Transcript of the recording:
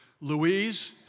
Louise